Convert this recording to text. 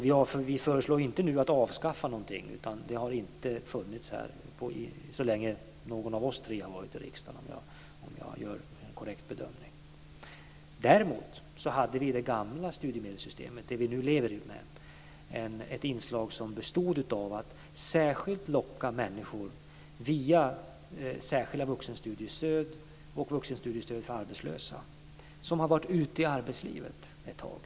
Vi föreslår inte nu att avskaffa någonting, utan det har inte funnits så länge någon av oss tre har varit i riksdagen, om jag gör en korrekt bedömning. Däremot hade vi i det gamla studiemedelssystemet, det vi nu lever med, ett inslag som bestod av att särskilt locka människor via särskilda vuxenstudiestöd och vuxenstudiestöd för arbetslösa som har varit ute i arbetslivet ett tag.